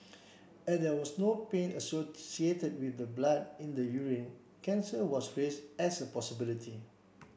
as there was no pain associated with the blood in the urine cancer was raised as a possibility